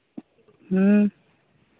ᱦᱮᱸ